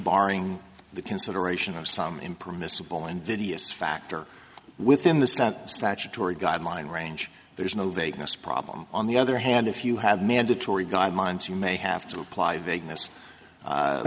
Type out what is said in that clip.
barring the consideration of some impermissible invidious factor within the statutory guideline range there's no vagueness problem on the other hand if you have mandatory guidelines you may have to apply vagueness